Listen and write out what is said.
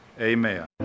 amen